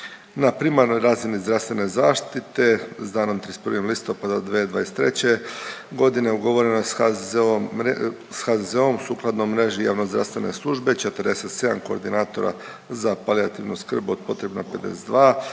Na primarnoj razini zdravstvene zaštite s danom 31. listopada 2023. godine ugovoreno je s HZZO-om, s HZZO-om sukladno mreži javnozdravstvene službe 47 koordinatora za palijativnu skrb od potrebno 52